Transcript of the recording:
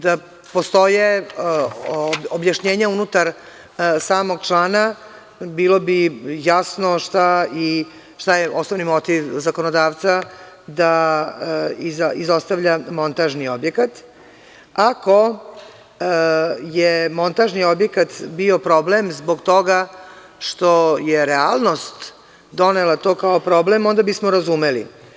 Da postoje objašnjenja unutar samog člana, bilo bi jasno šta je osnovni motiv zakonodavca da izostavlja montažni objekat, ako je montažni objekat bio problem zbog toga što je realnost donela to kao problem, onda bismo razumeli.